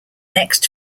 next